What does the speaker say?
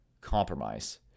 compromise